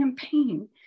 campaign